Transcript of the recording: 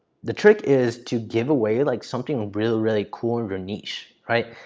the trick is to giveaway like something really, really cool in your niche, right?